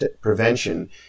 prevention